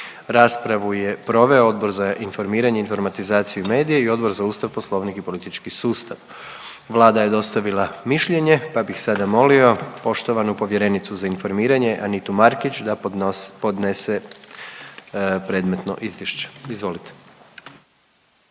Raspravu je proveo Odbor za informiranje, informatizaciju i medije i Odbor za Ustav, poslovnik i politički sustav. Vlada je dostavila mišljenje, pa bih sada molio poštovanu povjerenicu za informiranje Anitu Markić da podnese predmetno izvješće. Izvolite.